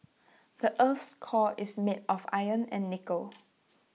the Earth's core is made of iron and nickel